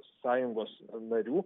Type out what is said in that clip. sąjungos narių